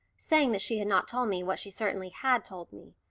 saying that she had not told me what she certainly had told me,